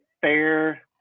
fair